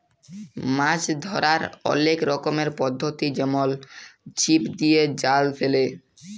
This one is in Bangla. মাছ ধ্যরার অলেক রকমের পদ্ধতি যেমল ছিপ দিয়ে, জাল ফেলে